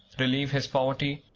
relieve his poverty,